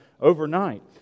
overnight